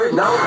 no